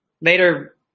later